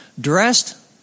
dressed